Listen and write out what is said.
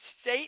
state